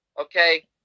okay